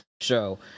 show